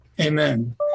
Amen